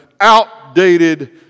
outdated